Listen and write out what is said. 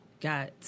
got